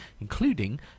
including